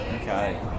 Okay